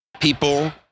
people